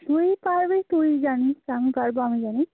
তুই পারবি তুই জানিস আমি পারব আমি জানি